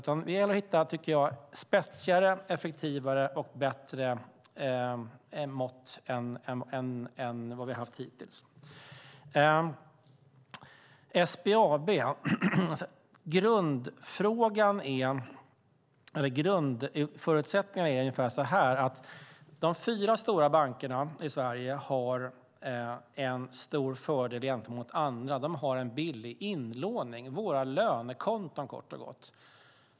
Det gäller att hitta spetsiga, effektivare och bättre mått än vad vi har haft hittills. Beträffande SBAB är grundförutsättningarna ungefär så här: De fyra stora bankerna i Sverige har en stor fördel gentemot andra. De har billig inlåning: våra lönekonton, kort och gott.